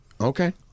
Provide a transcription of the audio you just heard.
Okay